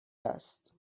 است